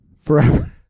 forever